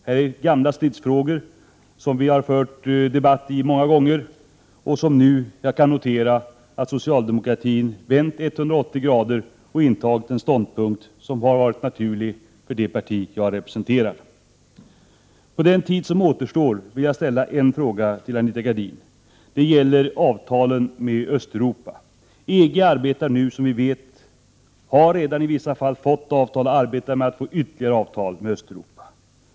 Detta är gamla stridsfrågor, som vi har fört debatt om många gånger. Jag kan nu notera att socialdemokratin har vänt 180 grader och intagit en ståndpunkt som har varit naturlig för det parti jag representerar. På den tid som återstår vill jag ställa en fråga till Anita Gradin. Det gäller avtalen med Östeuropa. EG har, som vi vet, i vissa fall redan fått avtal och arbetar med att få ytterligare avtal med Östeuropa.